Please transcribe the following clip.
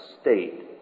state